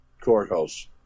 courthouse